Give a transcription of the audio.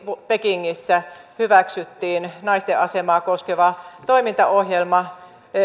pekingissä hyväksyttiin naisten asemaa koskeva toimintaohjelma